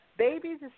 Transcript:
Babies